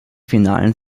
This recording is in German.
finalen